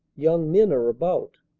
young men are about.